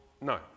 no